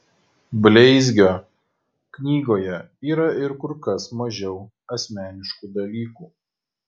bleizgio knygoje yra ir kur kas mažiau asmeniškų dalykų